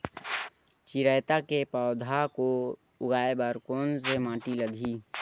चिरैता के पौधा को उगाए बर कोन से माटी लगही?